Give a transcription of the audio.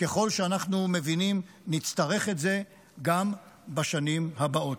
ככל שאנחנו מבינים, נצטרך את זה גם בשנים הבאות.